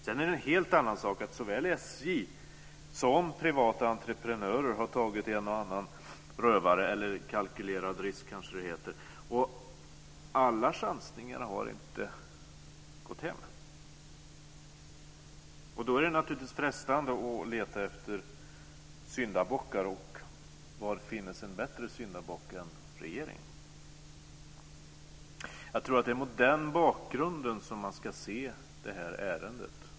Sedan är det en helt annan sak att såväl SJ som privata entreprenörer har tagit en och annan rövare - eller kalkylerad risk, kanske det heter - men alla chansningar har inte gått hem. Då är det naturligtvis frestande att leta efter syndabockar, och var finns en bättre syndabock än regeringen? Jag tror att det är mot den bakgrunden som man ska se det här ärendet.